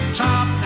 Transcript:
top